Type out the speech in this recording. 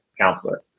counselor